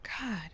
God